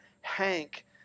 Hank